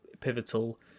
pivotal